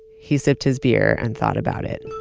he sipped his beer and thought about it.